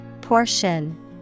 Portion